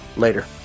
Later